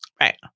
Right